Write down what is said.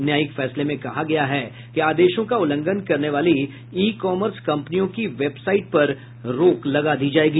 न्यायिक फैसले में कहा गया है कि आदेशों का उल्लंघन करने वाली ई कॉमर्स कंपनियों की वेब साइट पर रोक लगा दी जायेगी